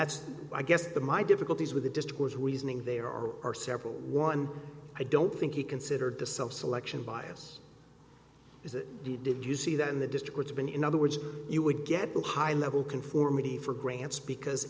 that's i guess the my difficulties with the discourse reasoning there are several one i don't think he considered the self selection bias is that did you see that in the district's been in other words you would get a high level conformity for grants because